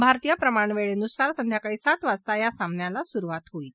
भारतीय प्रमाणवेळेनुसार संध्याकाळी सात वाजता या सामन्याला सुरुवात होईल